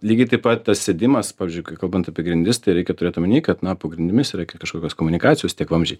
lygiai taip pat tas sėdimas pavyzdžiui kai kalbant apie grindis tai reikia turėt omeny kad na po grindimis yra kažkokios komunikacijos tiek vamzdžiai